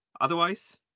Otherwise